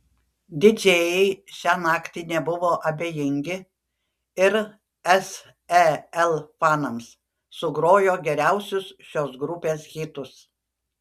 didžėjai šią naktį nebuvo abejingi ir sel fanams sugrojo geriausius šios grupės hitus